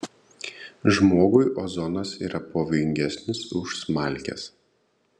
žmogui ozonas yra pavojingesnis už smalkes